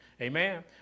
Amen